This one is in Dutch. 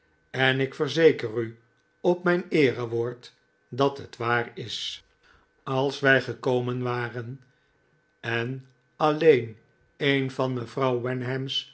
en ik verzeker u op mijn eerewoord dat het waar is als wij gekomen waren en alleen een van